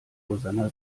rosanna